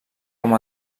com